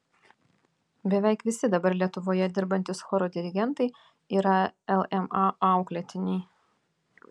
beveik visi dabar lietuvoje dirbantys choro dirigentai yra lma auklėtiniai